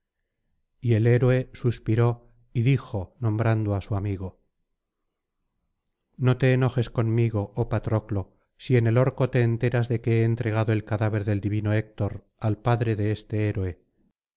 y el héroe suspiró y dijo nombrando á su amigo no te enojes conmigo oh patroclo si en el orco te enteras de que he entregado el cadáver del divino héctor al padre de este héroe